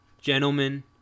gentlemen